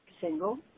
single